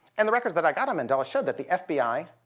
and the records that i got on mandela showed that the fbi,